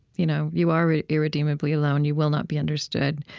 you know you are ah irredeemably alone. you will not be understood.